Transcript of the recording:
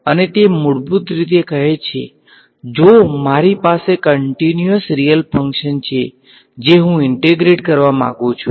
અને તે મૂળભૂત રીતે કહે છે કે જો મારી પાસે કંટીન્યુઅસ રીયલ ફંકશન છે જે હું ઈંટેગ્રેટ કરવા માંગુ છું